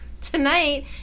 tonight